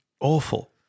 Awful